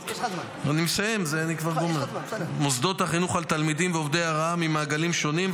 החינוך על תלמידים ועובדי הוראה ממעגלים שונים,